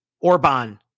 Orban